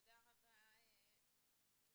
בכיף תודה רבה לשניכם.